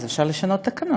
אז אפשר לשנות את התקנון.